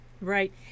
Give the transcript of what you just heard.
right